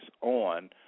on